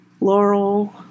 Laurel